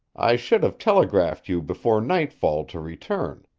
i should have telegraphed you before nightfall to return.